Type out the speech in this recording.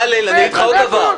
בצלאל, אני אגיד לך עוד דבר.